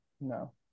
no